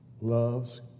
loves